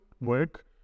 work